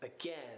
again